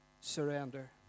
surrender